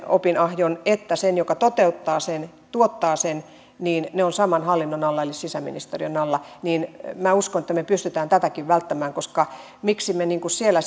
opinahjo jolla on tutkinnonanto oikeus että se joka toteuttaa sen tuottaa sen ovat saman hallinnon alla eli sisäministeriön alla minä uskon että me pystymme tätäkin välttämään koska miksi me siellä